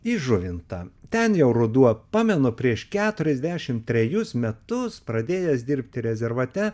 į žuvintą ten jau ruduo pamenu prieš keturiasdešimt trejus metus pradėjęs dirbti rezervate